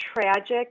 tragic